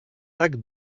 tak